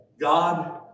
God